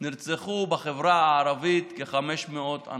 נרצחו בחברה הערבית כ-550.